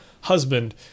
husband